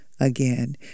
again